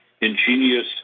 ingenious